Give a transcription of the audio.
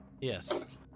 yes